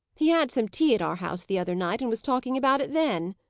he had some tea at our house the other night, and was talking about it then,